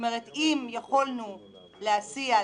אם יכולנו להסיע,